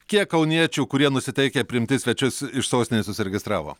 kiek kauniečių kurie nusiteikę priimti svečius iš sostinės užsiregistravo